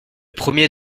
premier